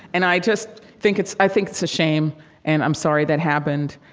and i just think it's i think it's a shame and i'm sorry that happened.